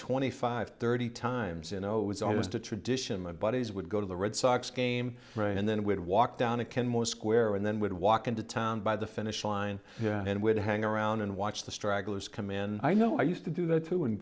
twenty five thirty times in a row was almost a tradition my buddies would go to the red sox game right and then would walk down to kenmore square and then would walk into town by the finish line and would hang around and watch the stragglers come in i know i used to do that too and